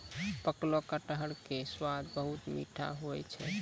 पकलो कटहर के स्वाद बहुत मीठो हुवै छै